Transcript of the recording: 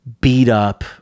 beat-up